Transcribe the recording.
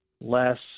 less